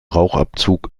rauchabzug